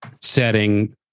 setting